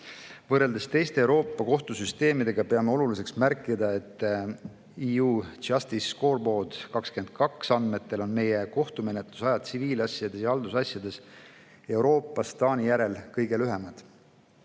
Võrreldes teiste Euroopa kohtusüsteemidega peame oluliseks märkida, et EU Justice Scoreboard 2022 andmetel on meie kohtumenetlusajad tsiviilasjades ja haldusasjades Euroopas Taani järel kõige lühemad.